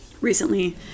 recently